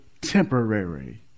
temporary